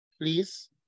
please